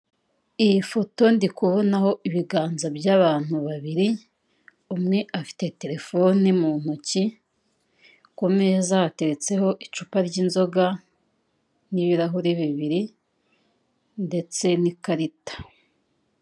Iyi foto ndiku kubonaho ibiganza by'abantu babiri umwe afite terefone mu ntoki, ku meza hateretseho icupa ryinzoga n'ibirahuri bibiri ndetse n'ikarita.